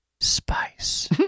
spice